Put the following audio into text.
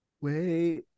wait